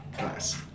nice